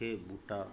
मूंखे ॿूटा